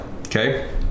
okay